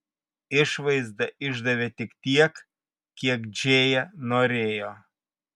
išvaizda išdavė tik tiek kiek džėja norėjo